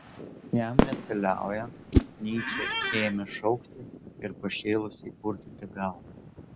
jam nesiliaujant nyčė ėmė šaukti ir pašėlusiai purtyti galvą